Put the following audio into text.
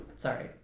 Sorry